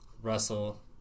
Russell